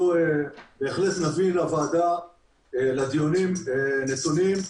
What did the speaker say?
אנחנו בהחלט נביא לדיונים בוועדה נתונים,